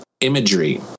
imagery